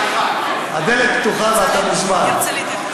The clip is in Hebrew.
הדלת פתוחה, ואתה מוזמן.